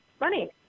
Money